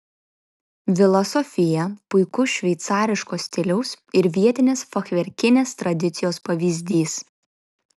vila sofija puikus šveicariško stiliaus ir vietinės fachverkinės tradicijos pavyzdys